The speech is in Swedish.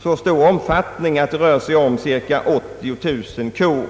så stor omfattning att det rör sig om cirka 80 000 kor.